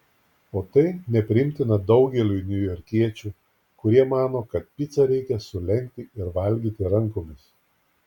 o tai nepriimtina daugeliui niujorkiečių kurie mano kad picą reikia sulenkti ir valgyti rankomis